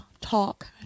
talk